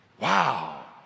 wow